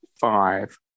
five